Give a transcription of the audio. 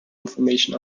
information